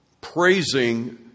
Praising